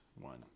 One